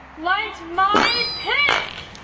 liked my pic.